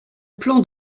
plan